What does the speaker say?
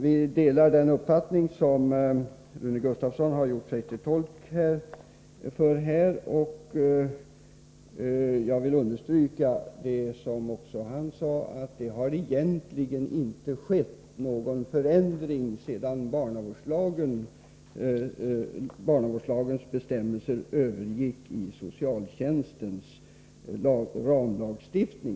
Vi delar den uppfattning som Rune Gustavsson här har gjort sig till tolk för. Jag vill understryka att det, som han sade, egentligen inte har skett någon förändring sedan barnavårdslagens bestämmelser övergick i socialtjänstens ramlagstiftning.